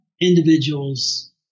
individuals